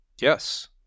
Yes